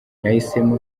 nahisemo